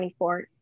24